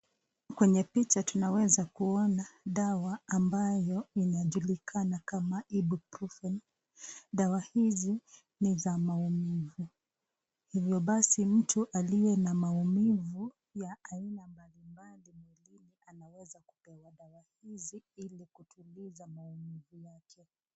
Kwenye picha tunaweza kuona dawa ambayo inajulikana kama (cs)ibobrufen(cs) dawa hizi ni za maumivu vyo basi mtu aliye na maumivu ya aina mbalimbali anaweza kupewa dawa hizi ili kutuliza maumivu zake.